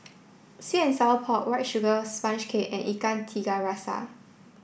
sweet and sour pork white sugar sponge cake and Ikan Tiga Rasa